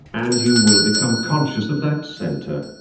and you will become conscious of that centre.